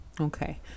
okay